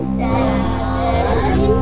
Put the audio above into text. seven